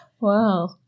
Wow